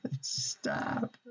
Stop